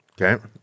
Okay